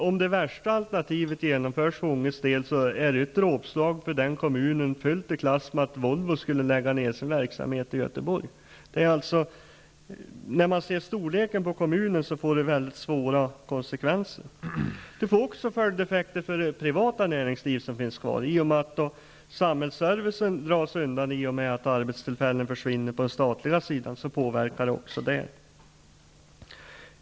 Om det värsta alternativet blir ett faktum för Ånges del blir det ett dråpslag mot Ånge kommun, fullt jämförbart med en nedläggning av Volvos verksamhet i Göteborg. Sett till kommunens storlek blir konsekvenserna väldigt stora. Det får också följdeffekter för det privata näringsliv som finns kvar. I och med att samhällsservicen dras undan och arbetstillfällen försvinner på den statliga sidan påverkas också detta.